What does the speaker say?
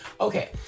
Okay